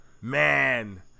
man